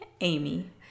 Amy